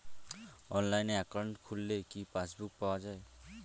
অনলাইনে একাউন্ট খুললে কি পাসবুক পাওয়া যায়?